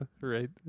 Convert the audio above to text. right